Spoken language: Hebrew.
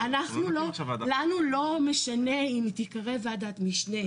לנו לא משנה אם היא תיקרא ועדת משנה,